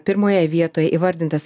pirmoje vietoje įvardintas